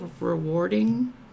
rewarding